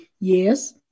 yes